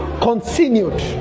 continued